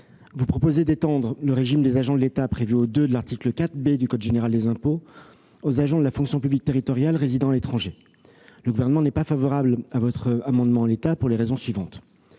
tend à étendre le régime des agents de l'État prévu au 2 de l'article 4 B du code général des impôts- le CGI -aux agents de la fonction publique territoriale qui résident à l'étranger. Le Gouvernement n'y est pas favorable en l'état pour les raisons suivantes.